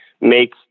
make